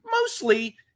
mostly